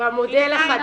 --- במודל החדש.